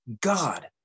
God